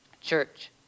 Church